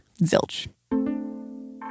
Zilch